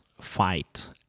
fight